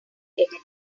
editor